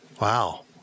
Wow